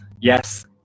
yes